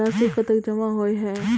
राशि कतेक जमा होय है?